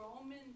Roman